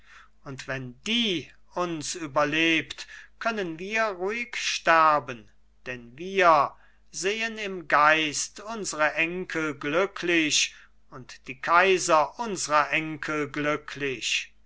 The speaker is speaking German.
und wenn die uns überlebt können wir ruhig sterben denn wir sehen im geist unsere enkel glücklich und die kaiser unsrer enkel glücklich